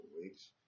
weeks